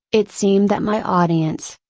it seemed that my audience,